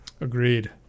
Agreed